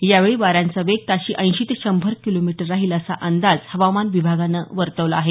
यावेळी वाऱ्यांचा वेग ताशी ऐंशी ते शंभर किलोमीटर राहील असा अंदाज हवामान विभागानं वर्तवला आहे